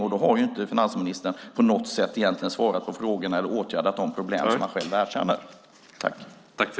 Finansministern har då egentligen inte på något sätt svarat på frågorna eller åtgärdat de problem som han själv erkänner.